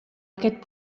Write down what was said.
aquest